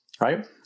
Right